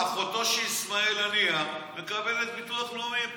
אחותו של איסמעיל הנייה מקבלת ביטוח לאומי פה.